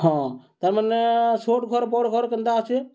ହଁ ତାର୍ମାନେ ଛୋଟ୍ ଘର୍ ବଡ଼୍ ଘର୍ କେନ୍ତା ଅଛେ